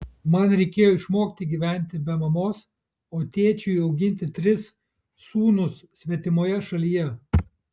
man reikėjo išmokti gyventi be mamos o tėčiui auginti tris sūnus svetimoje šalyje